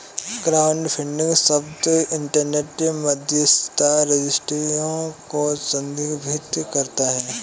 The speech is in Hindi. क्राउडफंडिंग शब्द इंटरनेट मध्यस्थता रजिस्ट्रियों को संदर्भित करता है